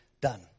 done